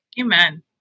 Amen